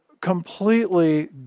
completely